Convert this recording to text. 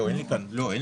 אין לי כאן עניין